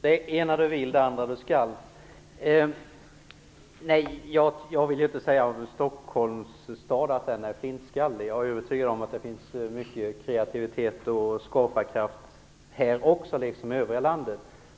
Herr talman! Nej, jag vill inte säga att Stockholms stad är flintskallig. Jag är övertygad om att det finns mycket av kreativitet och skaparkraft här liksom i det övriga landet.